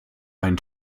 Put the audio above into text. einen